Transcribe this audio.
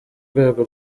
rwego